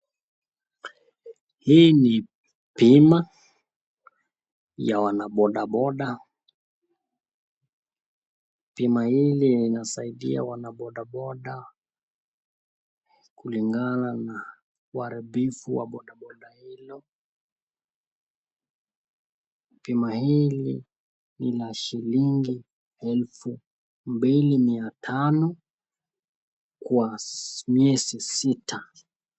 Hii ni bima ya wanbodaboda. Bima hii inasaidia wanabodaboda kulingana na uharibifu wa bodaboda hilo. Bima hili ni la elfu mbili mia tano kwa miezi sita.